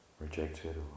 rejected